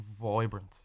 vibrant